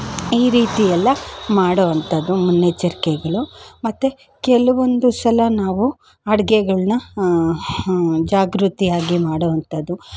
ಈ ರೀತಿ ಎಲ್ಲ ಮಾಡೋ ಅಂಥದ್ದು ಮುನ್ನೆಚ್ಚರ್ಕೆಗಳು ಮತ್ತು ಕೆಲವೊಂದು ಸಲ ನಾವು ಅಡಿಗೆಗಳ್ನ ಜಾಗ್ರತೆಯಾಗಿ ಮಾಡೋ ಅಂಥದ್ದು